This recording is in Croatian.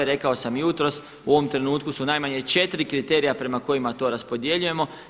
Rekao sam jutros u ovom trenutku su najmanje 4 kriterija prema kojima to raspodjeljujemo.